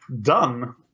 done